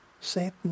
Satan